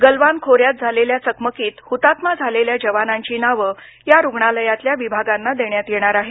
गल्वान खोऱ्यात झालेल्या चकमकीत हुतात्मा झालेल्या जवानांची नावं या रुग्णालयातल्या विभागांना देण्यात येणार आहेत